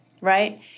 right